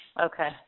Okay